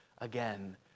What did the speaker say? again